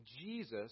Jesus